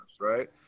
right